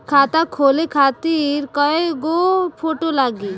खाता खोले खातिर कय गो फोटो लागी?